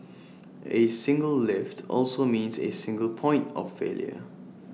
A single lift also means A single point of failure